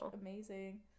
Amazing